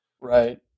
Right